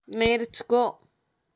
నేర్చుకో